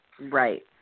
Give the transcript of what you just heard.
Right